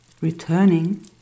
returning